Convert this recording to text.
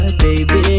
baby